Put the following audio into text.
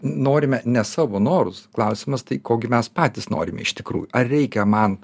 norime ne savo norus klausimas tai ko gi mes patys norime iš tikrų ar reikia man